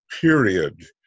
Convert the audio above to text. period